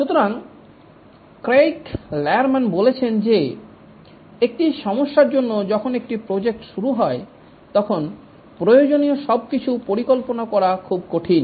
সুতরাং Craig Larman বলেছেন যে একটি সমস্যার জন্য যখন একটি প্রজেক্ট শুরু হয় তখন প্রয়োজনীয় সবকিছু কল্পনা করা খুব কঠিন